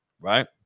right